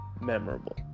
memorable